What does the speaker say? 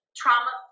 trauma